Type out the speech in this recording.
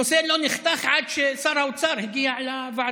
הנושא לא נחתך עד ששר האוצר לא הגיע לוועדה.